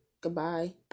goodbye